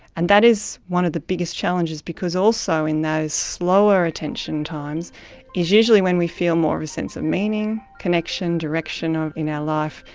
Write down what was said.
and that is one of the biggest challenges, because also in those slower attention times is usually when we feel more of a sense of meaning, connection, direction in our life,